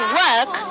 work